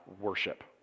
worship